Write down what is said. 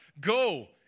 Go